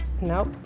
nope